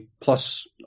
plus